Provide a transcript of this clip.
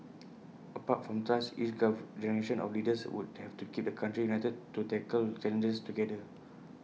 apart from trust each Carve generation of leaders would have to keep the country united to tackle challenges together